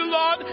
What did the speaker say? Lord